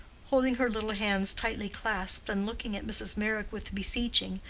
holding her little hands tightly clasped and looking at mrs. meyrick with beseeching,